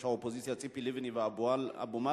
האופוזיציה ציפי לבני עם אבו מאזן,